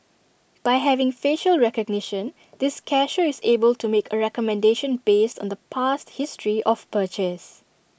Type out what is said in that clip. by having facial recognition this cashier is able to make A recommendation based on the past history of purchase